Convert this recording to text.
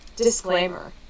Disclaimer